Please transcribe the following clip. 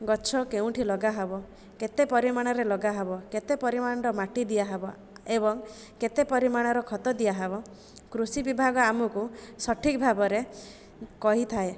ଗଛ କେଉଁଠି ଲଗା ହେବ କେତେ ପରିମାଣରେ ଲଗା ହେବ କେତେ ପରିମାଣର ମାଟି ଦିଆ ହେବ ଏବଂ କେତେ ପରିମାଣର ଖତ ଦିଆ ହେବ କୃଷି ବିଭାଗ ଆମକୁ ସଠିକ୍ ଭାବରେ କହିଥାଏ